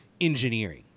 engineering